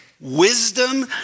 wisdom